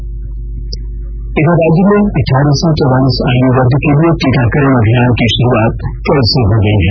राज्य टीकाकरण राज्य में अठारह से चौवालीस आयु वर्ग के लिए टीकाकरण अभियान की शुरुआत कल से हो गई है